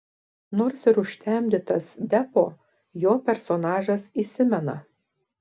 nors ir užtemdytas deppo jo personažas įsimena